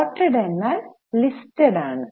quoted എന്നാൽ listed ആണ്